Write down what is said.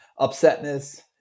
upsetness